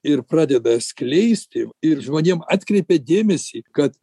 ir pradeda skleisti ir žmonėm atkreipia dėmesį kad